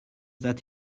that